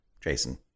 Jason